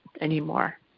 anymore